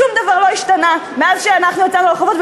שום דבר לא השתנה מאז שאנחנו יצאנו לרחובות.